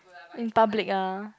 in public ah